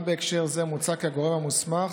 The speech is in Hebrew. גם בהקשר זה מוצע כי הגורם המוסמך